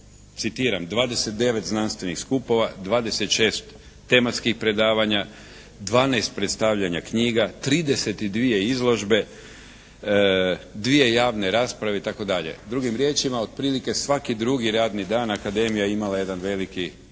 Citiram: "29 znanstvenih skupova, 26 tematskih predavanja, 12 predstavljanja knjiga, 32 izložbe, 2 javne rasprave itd." Drugim riječima svaki drugi radni dan Akademija je imala jedan veliki